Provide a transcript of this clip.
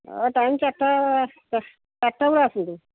ଅ ଟାଇମ୍ ଚାରିଟା ଚାରିଟା ବେଳକୁ ଆସନ୍ତୁ